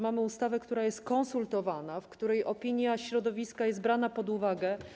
Mamy ustawę, która jest konsultowana, w przypadku której opinia środowiska jest brana pod uwagę.